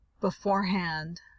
beforehand